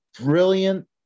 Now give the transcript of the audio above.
brilliant